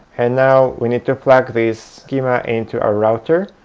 and now we need to plug this schema into our router,